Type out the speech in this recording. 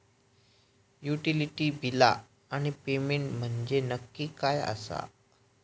Utility बिला आणि payment म्हंजे नक्की काय आसा?